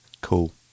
Cool